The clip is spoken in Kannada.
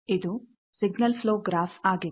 ಇದು ಸಿಗ್ನಲ್ ಪ್ಲೋ ಗ್ರಾಫ್ ಆಗಿತ್ತು